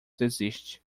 desiste